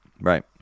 Right